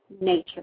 nature